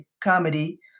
comedy